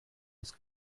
des